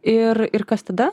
ir ir kas tada